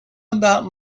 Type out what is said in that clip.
about